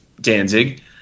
Danzig